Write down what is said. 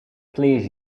please